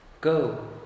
Go